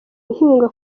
inkunga